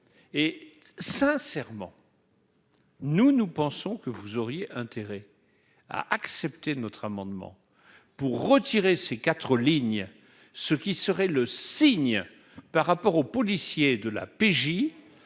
et sincèrement. Nous, nous pensons que vous auriez intérêt à accepter notre amendement pour retirer ses quatres lignes ce qui serait le signe par rapport aux policiers de la PJ